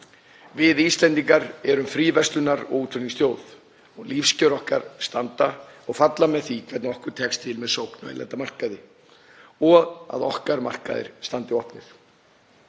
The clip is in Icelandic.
Við Íslendingar erum fríverslunar- og útflutningsþjóð. Lífskjör okkar standa og falla með því hvernig okkur tekst til með sókn á erlenda markaði og að markaðir okkar standi opnir.